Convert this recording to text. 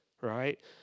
Right